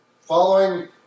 Following